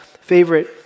favorite